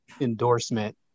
endorsement